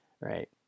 right